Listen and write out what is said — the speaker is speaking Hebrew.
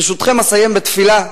ברשותכם, אסיים בתפילה,